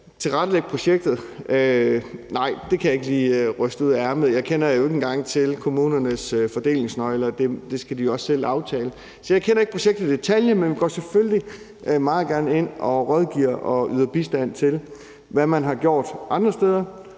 vil jeg sige, at nej, det kan jeg ikke lige ryste ud af ærmet. Jeg kender jo ikke engang selv kommunernes fordelingsnøgle, og det skal de også selv aftale. Jeg kender ikke projektet i detaljer, men jeg går selvfølgelig meget gerne ind og rådgiver og yder bistand til, hvad man har gjort andre steder.